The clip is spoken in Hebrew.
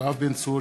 יואב בן צור,